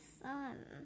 sun